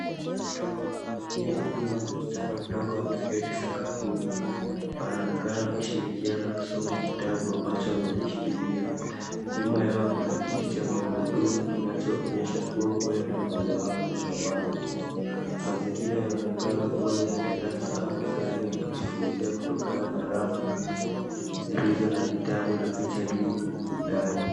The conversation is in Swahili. Tunaona mwanamke mzima na msichana mdogo wameketi sakafuni. Wanaonekana kushirikiana kusoma kitabu ambacho amekishikilia. Nyuma yao kuna kiti cha magurudumu inayoonyesha kuwa huenda kuna mmoja wao ni mlemavu. Mazingira yanaonekana kuwa ni ya darasa au sehemu ya kujifunzia kutokana na rafu zilizo na vitabu na picha nyingi ukutani.